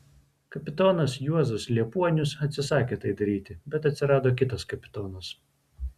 kapitonas juozas liepuonius atsisakė tai daryti bet atsirado kitas kapitonas